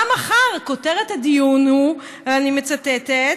גם מחר, כותרת הדיון היא, אני מצטטת: